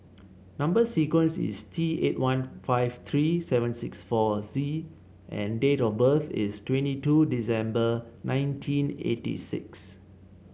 number sequence is T eight one five three seven six four Z and date of birth is twenty two December nineteen eighty six